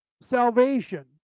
salvation